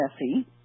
messy